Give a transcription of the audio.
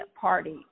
party